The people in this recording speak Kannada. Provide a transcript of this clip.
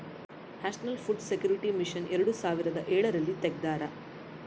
ನ್ಯಾಷನಲ್ ಫುಡ್ ಸೆಕ್ಯೂರಿಟಿ ಮಿಷನ್ ಎರಡು ಸಾವಿರದ ಎಳರಲ್ಲಿ ತೆಗ್ದಾರ